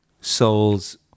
souls